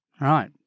Right